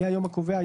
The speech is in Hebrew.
יהיה היום הקובע,